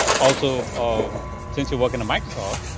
also, um since you work in a microsoft,